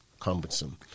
cumbersome